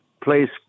place